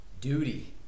duty